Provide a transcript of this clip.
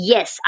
Yes